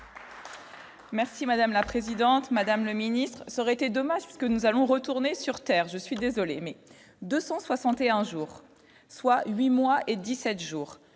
Merci madame la présidente, Madame le Ministre, ça aurait été dommage puisque nous allons retourner sur Terre, je suis désolé mais 261 jours, soit 8 mois et 17 jours